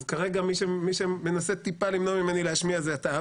אז כרגע מי שמנסה טיפה למנוע ממני להשמיע זה אתה,